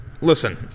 Listen